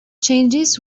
changes